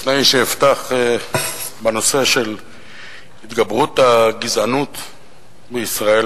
לפני שאפתח בנושא של התגברות הגזענות בישראל,